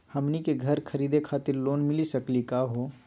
हमनी के घर खरीदै खातिर लोन मिली सकली का हो?